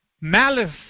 malice